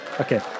Okay